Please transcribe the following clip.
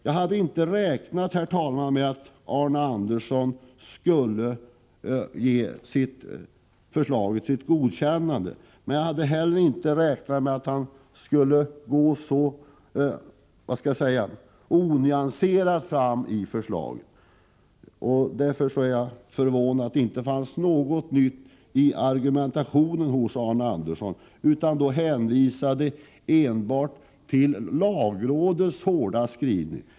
Jag hade inte räknat med att Arne Andersson i Ljung skulle ge propositionens förslag sitt godkännande, men jag hade heller inte räknat med att han skulle gå så onyanserat fram i sitt motstånd. Jag är förvånad över att det inte fanns något nytt i Arne Anderssons argumentation — han hänvisade enbart till lagrådets hårda skrivning.